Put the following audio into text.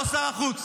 לא שר החוץ,